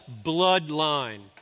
bloodline